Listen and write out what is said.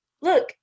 look